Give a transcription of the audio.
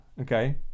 Okay